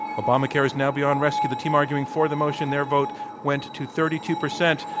obamacare is now beyond rescue. the team arguing for the motion, their vote went to thirty two percent.